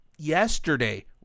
Yesterday